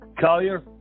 Collier